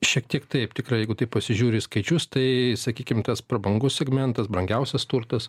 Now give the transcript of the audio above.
šiek tiek taip tikrai jeigu taip pasižiūri skaičius tai sakykim tas prabangus segmentas brangiausias turtas